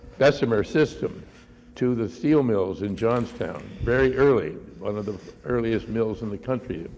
bessemer system to the steel mills, in johnstown, very early, one of the earliest mills in the country